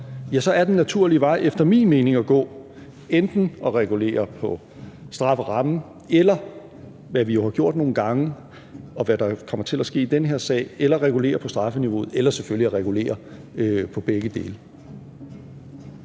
Ja, så er den naturlige vej at gå efter min mening enten at regulere på strafferammen eller, hvad vi jo har gjort nogle gange, og hvad der kommer til at ske i den her sag, at regulere på strafniveauet – eller selvfølgelig at regulere på begge dele.